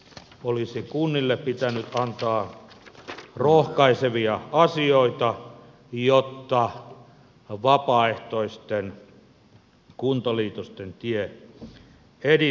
pikemminkin olisi kunnille pitänyt antaa rohkaisevia asioita jotta vapaaehtoisten kuntaliitosten tie edistyisi